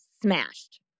smashed